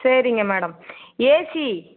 சரிங்க madam AC